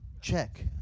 Check